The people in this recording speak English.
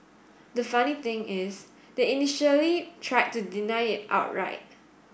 the funny thing is they initially tried to deny it outright